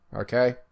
Okay